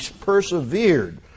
persevered